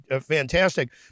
fantastic